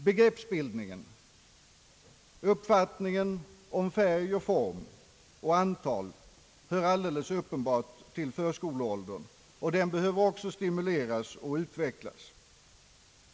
Begreppsbildningen och uppfattningen av färg, form och antal hör alldeles uppenbart till förskoleåldern och behöver också stimuleras och utvecklas.